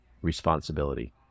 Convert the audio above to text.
responsibility